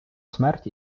смерть